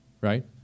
right